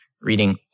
reading